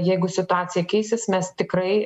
jeigu situacija keisis mes tikrai